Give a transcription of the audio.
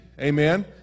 amen